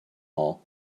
hall